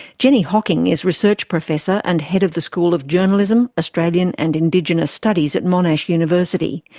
jenny hocking is research professor and head of the school of journalism, australian and indigenous studies at monash university.